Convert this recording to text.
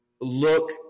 Look